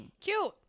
Cute